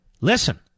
Listen